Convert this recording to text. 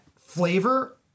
flavor